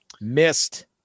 Missed